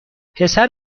پسر